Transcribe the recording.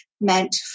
meant